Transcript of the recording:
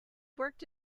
worked